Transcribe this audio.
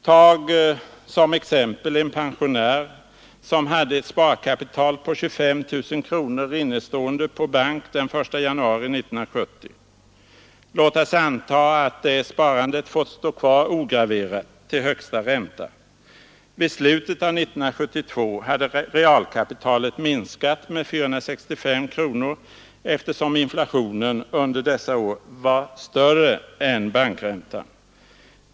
Tag som exempel en pensionär som hade ett sparkapital på 25 000 kronor innestående på bank den I januari 1970. Låt oss anta att detta sparande har fått stå kvar ograverat till högsta ränta. Vid slutet av 1972 hade realkapitalet minskat med 465 kronor, eftersom inflationen under dessa år var större än bankräntan.